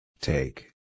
Take